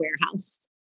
warehouse